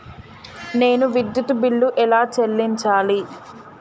నేను విద్యుత్ బిల్లు ఎలా చెల్లించాలి?